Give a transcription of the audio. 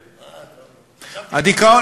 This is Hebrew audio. חשבתי,